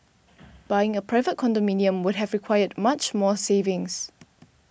buying a private condominium would have required much more savings